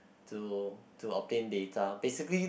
to to obtain data basically